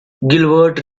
gilbert